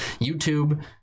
youtube